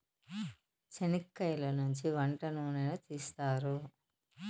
చనిక్కయలనుంచి వంట నూనెను తీస్తారు